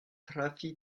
trafi